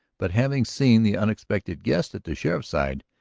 but, having seen the unexpected guest at the sheriff's side,